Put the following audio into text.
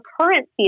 currency